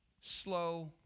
slow